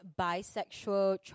bisexual